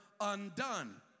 undone